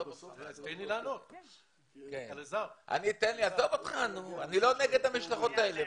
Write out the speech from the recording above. אני לא נגד המשלחות האלה.